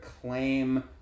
claim